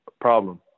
problem